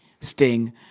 Sting